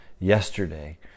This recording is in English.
Yesterday